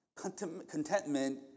Contentment